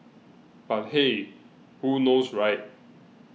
but hey who knows right